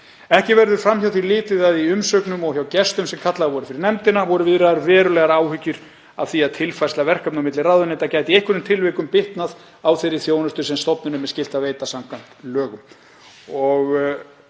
Ekki verður fram hjá því litið að í umsögnum og hjá gestum sem kallaðir voru fyrir nefndina voru viðraðar verulegar áhyggjur af því að tilfærsla verkefna á milli ráðuneyta gæti í einhverjum tilvikum bitnað á þeirri þjónustu sem stofnunum er skylt að veita samkvæmt lögum.“